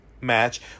match